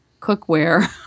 cookware